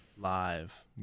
Live